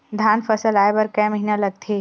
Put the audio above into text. धान फसल आय बर कय महिना लगथे?